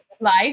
life